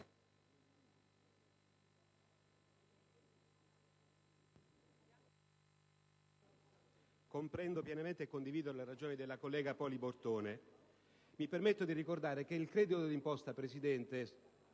comprendo pienamente e condivido le ragioni della collega Poli Bortone. Mi permetto di ricordare che il credito d'imposta, signora